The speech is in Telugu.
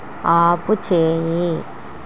ఆపుచేయి